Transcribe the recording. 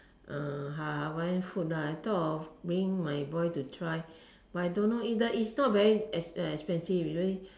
uh Hawaiian food lah I thought of bringing my boy to try but I don't know it the is not very ex~ expensive is only